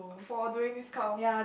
for doing this kind of